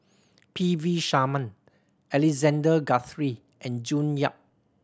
P V Sharma Alexander Guthrie and June Yap